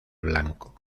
blanco